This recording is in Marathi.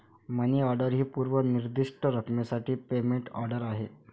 मनी ऑर्डर ही पूर्व निर्दिष्ट रकमेसाठी पेमेंट ऑर्डर आहे